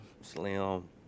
Slim